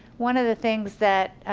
one of the things that